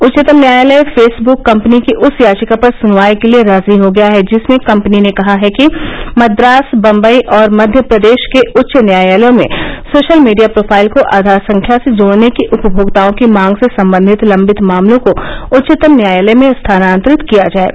उच्चतम न्यायालय face book company की उस याचिका पर सुनवाई के लिए राजी हो गया है जिसमें कंपनी ने कहा है कि मद्रास बम्बई और मध्यप्रदेश के उच्च न्यायालयों में सोशल मीडिया प्रोफाइल को आधार संख्या से जोड़ने की उपभोक्ताओं की मांग से संबंधित लम्बित मामलों को उच्चतम न्यायालय में स्थानान्तरित किया जाये